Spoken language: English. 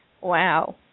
Wow